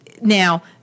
Now